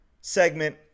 segment